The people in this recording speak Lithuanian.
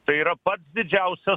tai yra pats didžiausias